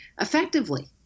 effectively